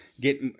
get